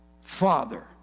Father